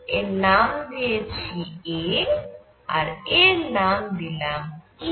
এর নাম দিয়েছি a আর এর নাম দিলাম e